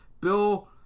Bill